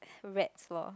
rats lor